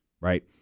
right